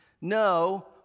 No